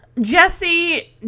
Jesse